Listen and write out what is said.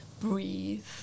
breathe